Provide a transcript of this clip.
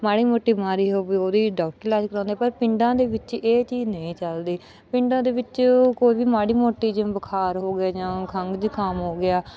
ਮਾੜੀ ਮੋਟੀ ਬਿਮਾਰੀ ਹੋਵੇ ਉਹਦੀ ਡਾਕਟਰੀ ਇਲਾਜ ਕਰਾਉਂਦੇ ਪਰ ਪਿੰਡਾਂ ਦੇ ਵਿੱਚ ਇਹ ਚੀਜ਼ ਨਹੀਂ ਚਲਦੀ ਪਿੰਡਾਂ ਦੇ ਵਿੱਚ ਕੋਈ ਵੀ ਮਾੜੀ ਮੋਟੀ ਜਿਵੇਂ ਬੁਖਾਰ ਹੋ ਗਿਆ ਜਾਂ ਖੰਗ ਜੁਖਾਮ ਹੋ ਗਿਆ